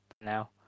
now